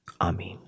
Amen